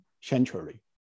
century